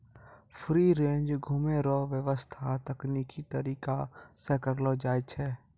free range घुमै रो व्याबस्था तकनिकी तरीका से करलो जाय छै